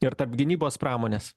ir tarp gynybos pramonės